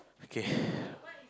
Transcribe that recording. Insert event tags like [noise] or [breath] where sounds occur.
okay [breath]